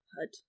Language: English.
hut